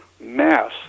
mass